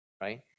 right